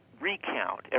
recount